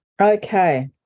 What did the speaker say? Okay